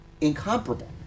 incomparable